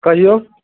कहिऔ